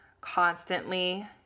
constantly